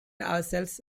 ourselves